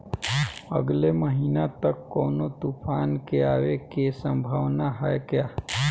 अगले महीना तक कौनो तूफान के आवे के संभावाना है क्या?